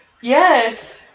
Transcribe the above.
Yes